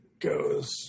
goes